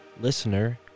listener